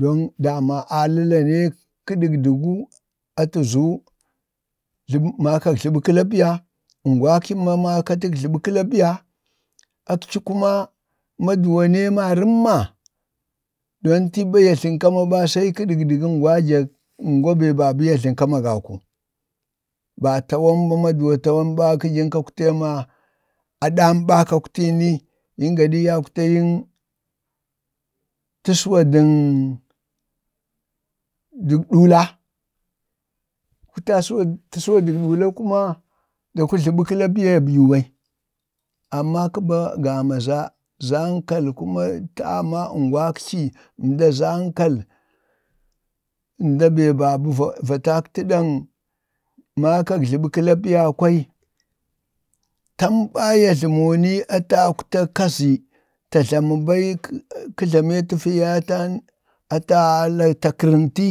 don dama aləla nee kə dugwɗugu ata zə makak jlaba kalapiya amgwakci mamakatək jlaba kakpiya akci kuma maduwa nee marəmma, don tii ɓa ya jlan kama see kə ɗagɗəgə aŋgwajak angwa be ya jlaŋ-kama ageku, ba tawan ɓa maduwoo tawan ɓa kə jən kak-aktee-ma, kə jaŋ kakwtee ma nəŋ yin gaɗi yan kakwtii təsəwa daŋ dək ɗula. kəkwtaa təsəwa dək dula kuma da jlaɓi kalapiya ya bəɗyuu bai, amma kə ba gama za zə'ankal kuma dama aŋgwakci ənda zə'ankal anda bee va makaŋ jlaɓo kəlapiya kwai tam ɓa ya jləmuu ni atəkwta kazi ka jlameeta fii yaye ata-alaq ta kərənti,